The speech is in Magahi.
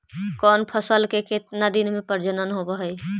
कौन फैसल के कितना दिन मे परजनन होब हय?